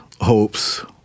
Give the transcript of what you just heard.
hopes